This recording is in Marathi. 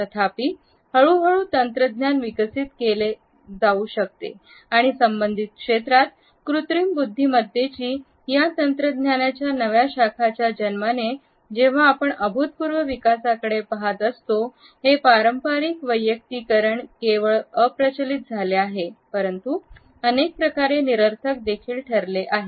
तथापि हळूहळू तंत्रज्ञान विकसित होऊ लागले आणि संबंधित क्षेत्रात कृत्रिम बुद्धिमत्तेची या तंत्रज्ञानाच्या नव्या शाखेच्या जन्माने जेव्हा आपण अभूतपूर्व विकासाकडे पहात असतो हे पारंपारिक वैयक्तिकरण केवळ अप्रचलित झाले आहे परंतुअनेक प्रकारे निरर्थक देखील ठरले आहे